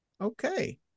Okay